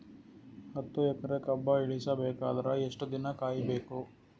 ಹತ್ತು ಎಕರೆ ಕಬ್ಬ ಇಳಿಸ ಬೇಕಾದರ ಎಷ್ಟು ದಿನ ಕಾಯಿ ಬೇಕು?